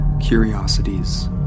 curiosities